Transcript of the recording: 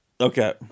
Okay